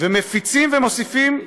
ומפיצים ומוסיפים שקרים,